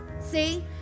See